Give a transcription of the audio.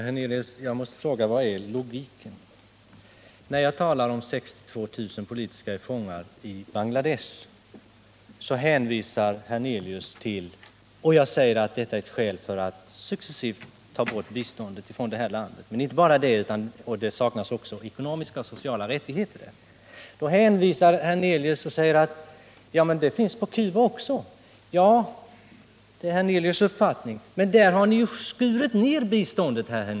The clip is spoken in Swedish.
Herr talman! Jag måste, herr Hernelius, fråga: Var finns logiken? När jag talar om 62 000 politiska fångar i Bangladesh — och inte bara om det utan även om att där saknas ekonomiska och sociala rättigheter — och menar att detta är skäl för att successivt ta bort bistånd till det landet, hänvisar herr Hernelius till Cuba och säger att där finns det också politiska fångar. Ja, det är herr Hernelius uppfattning. Men till Cuba har ni ju skurit ner biståndet.